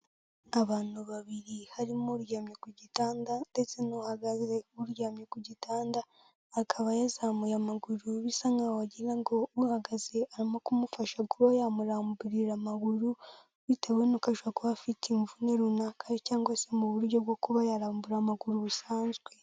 Abantu babiri harimo uryamye ku gitanda ndetse n'uhagaze. Uryamye ku gitanda akaba yazamuye amaguru bisa nk'aho wagira ngo uhagaze arimo kumufasha kuba yamuramburira amaguru bitewe n'uko ashobora kuba afite imvune runaka cyangwa se mu buryo bwo kuba yarambura amaguru busanzwe.